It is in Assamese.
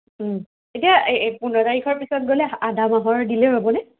এতিয়া পোন্ধৰ তাৰিখৰ পিছত গ'লে আধামাহৰ দিলে হ'বনে